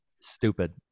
stupid